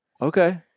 Okay